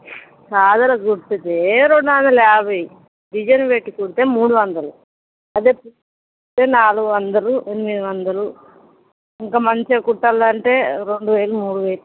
సాదా కుట్టుతే రెండువందల యాభై డిజైన్ పెట్టి కుట్టితే మూడువందలు అదే పోటోలా నాలుగువందలు ఎనిమిదివందలు ఇంకా మంచిగా కుట్టాలంటే రెండువేలు మూడువేలు